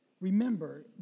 remember